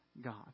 God